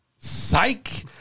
psych